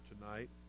tonight